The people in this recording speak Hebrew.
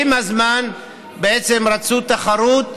עם הזמן רצו תחרות,